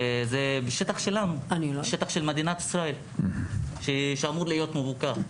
זה שטח של מדינת ישראל שאמור להיות מפוקח.